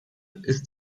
ist